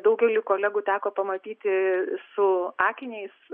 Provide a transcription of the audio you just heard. daugelį kolegų teko pamatyti su akiniais